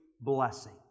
blessing